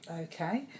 Okay